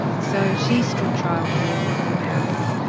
so she stood trial here in the court house,